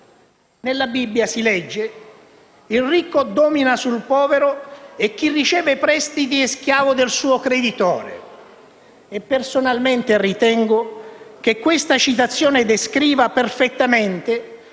Nella Bibbia si legge: «Il ricco domina sul povero e chi riceve prestiti è schiavo del suo creditore».